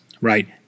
right